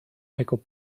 pickled